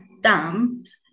dams